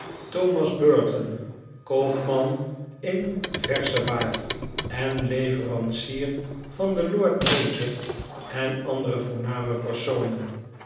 thomas burton koopman in versche waar en leverancier van den lord mayor en andere voorname personen